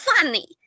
funny